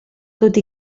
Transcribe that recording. tot